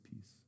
peace